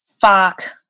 Fuck